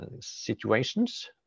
situations